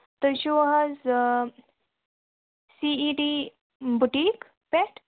تُہۍ چھِو حظ آ سی اِی ٹی بُٹیٖک پٮ۪ٹھ